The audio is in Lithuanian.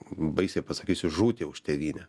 baisiai pasakysiu žūti už tėvynę